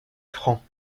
francs